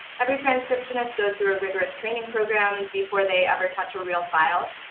every transcriptionist goes through a rigorous training program before they ever touch a real file,